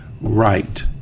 right